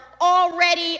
already